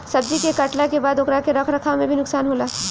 सब्जी के काटला के बाद ओकरा के रख रखाव में भी नुकसान होला